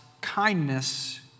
kindness